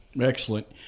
Excellent